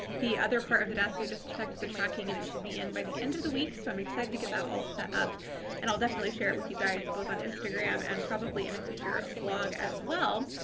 the other part of the desk, i just checked the tracking and it should be in by the end of the week, so i'm excited to get that all set up and i'll definitely share it with you guys both on instagram and probably in a future vlog as well.